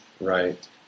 Right